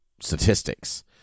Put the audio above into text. statistics